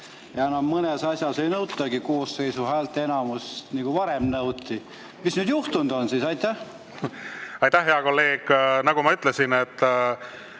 enam mõnes asjas ei nõutagi koosseisu häälteenamust, nagu varem nõuti. Mis nüüd juhtunud on siis? Aitäh, hea kolleeg! Nagu ma ütlesin,